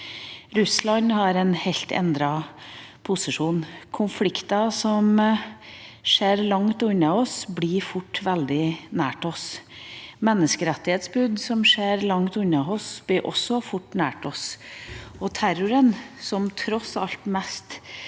Russland har en helt endret posisjon. Konflikter som skjer langt unna oss, blir fort veldig nær oss. Menneskerettighetsbrudd som skjer langt unna oss, blir også fort nær oss. Terroren, som tross alt mest